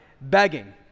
begging